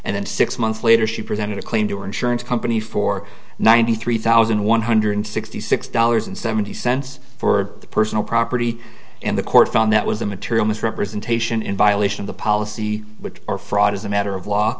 and then six months later she presented a claim to her insurance company for ninety three thousand one hundred sixty six dollars and seventy cents for the personal property and the court found that was a material misrepresentation in violation of the policy which are fraud as a matter of